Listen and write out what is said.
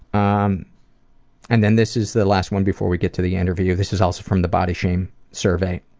um and then this is the last one before we get to the interview. this is also from the body shame survey,